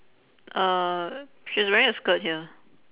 uh she's wearing a skirt here